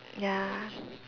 ya